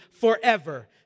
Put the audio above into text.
forever